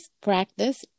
practice